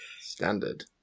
Standard